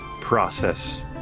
process